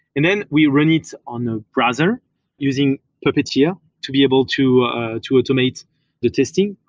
and then we run it on a browser using puppeteer to be able to to automate the testing.